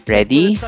Ready